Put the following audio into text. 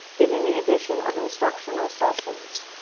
giving the addition of instructional sessions.